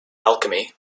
alchemy